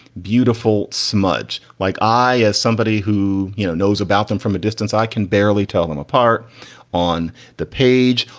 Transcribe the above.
beautiful smudge. like i as somebody who you know knows about them from a distance, i can barely tell them apart on the page.